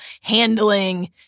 handling